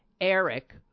Eric